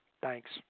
Thanks